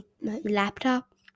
laptop